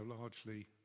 largely